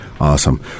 Awesome